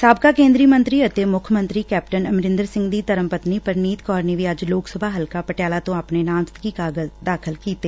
ਸਾਬਕਾ ਕੇਂਦਰੀ ਮੰਤਰੀ ਅਤੇ ਮੁੱਖ ਮੰਤਰੀ ਕੈਪਟਨ ਅਮਰੰਦਰ ਸੰਘ ਦੀ ਧਰਮ ਪਤਨੀ ਪਰਨੀਤ ਕੌਰ ਨੇ ਵੀ ਅੱਜ ਲੋਕ ਸਭਾ ਹਲਕਾ ਪਟਿਆਲਾ ਤੋਂ ਆਪਣੇ ਨਾਮਜ਼ਦਗੀ ਕਾਗਜ ਦਾਖਲ ਕੀਤੇ